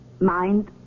Mind